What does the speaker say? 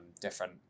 different